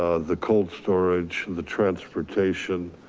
ah the cold storage, the transportation,